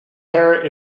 parrot